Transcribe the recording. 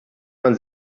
man